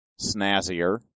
snazzier